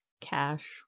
Cash